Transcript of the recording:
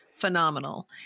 phenomenal